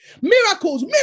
miracles